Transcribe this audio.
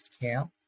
camp